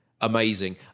amazing